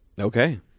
okay